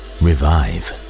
revive